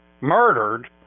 murdered